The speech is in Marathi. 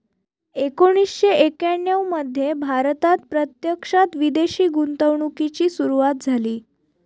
एकोणीसशे एक्याण्णव मध्ये भारतात प्रत्यक्षात विदेशी गुंतवणूकीची सुरूवात झाली